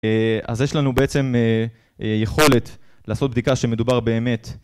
אז יש לנו בעצם יכולת לעשות בדיקה שמדובר באמת...